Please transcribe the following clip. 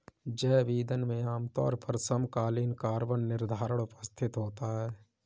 जैव ईंधन में आमतौर पर समकालीन कार्बन निर्धारण उपस्थित होता है